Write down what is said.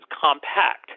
compact